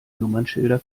nummernschilder